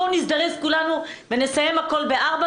בואו נזדרז כולנו ונסיים הכול ב- 16:00